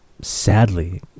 sadly